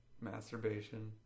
Masturbation